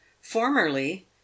Formerly